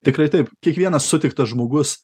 tikrai taip kiekvienas sutiktas žmogus